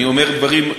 אני אומר דברים,